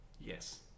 Yes